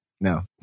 no